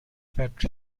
fetch